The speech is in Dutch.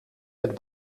met